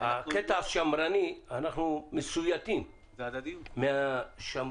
הקטע השמרני, אנחנו מסויטים מהשמרנות.